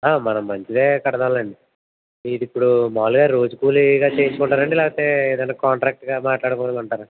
మనం మంచిదే కడదాం లేండి మీరు ఇప్పుడు మామూలుగా రోజు కూలీగా చేయించుకుంటారు లేకపోతే ఏదన్న కాంట్రాక్టుగా మాట్లాడమంటారా